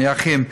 נייחים,